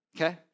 Okay